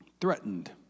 threatened